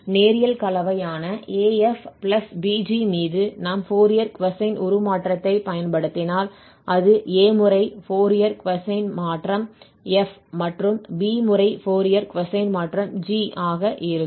நேரியல் கலவையான af bg மீது நாம் ஃபோரியர் கொசைன் உருமாற்றத்தைப் பயன்படுத்தினால் அது a முறை ஃபோரியர் கொசைன் மாற்றம் f மற்றும் b முறை ஃபோரியர் கொசைன் மாற்றம் g ஆக இருக்கும்